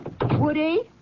Woody